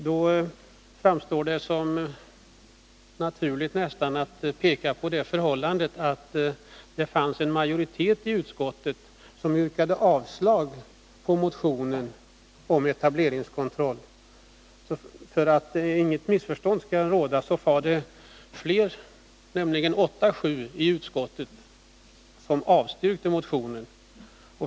Då framstår det som naturligt att peka på det förhållandet att det fanns en majoritet i utskottet som yrkade avslag på motionen om etableringskontroll. För att inget missförstånd skall råda, var det fler — 8 mot 7 — i utskottet som avstyrkte motionen.